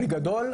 בגדול,